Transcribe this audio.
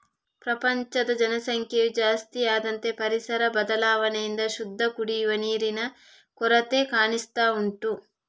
ಪ್ರಪಂಚದ ಜನಸಂಖ್ಯೆಯು ಜಾಸ್ತಿ ಆದಂತೆ ಪರಿಸರ ಬದಲಾವಣೆಯಿಂದ ಶುದ್ಧ ಕುಡಿಯುವ ನೀರಿನ ಕೊರತೆ ಕಾಣಿಸ್ತಾ ಉಂಟು